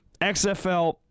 XFL